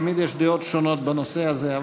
תמיד יש דעות שונות בנושא הזה.